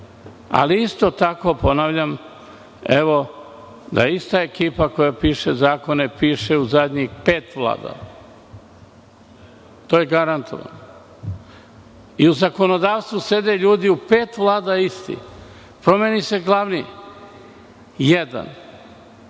ali isto tako ponavljam, evo, da ista ekipa koja piše zakone, piše u zadnjih pet vlada. To je garantovano. U zakonodavstvu sede ljudi u pet vlada isti. Promeni se glavni, jedan.